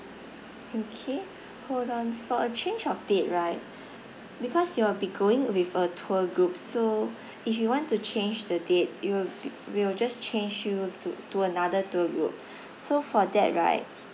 okay hold on for a change of date right because you will be going with a tour group so if you want to change the date we will we will just change you to to another tour group so for that right